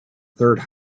third